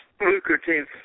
lucrative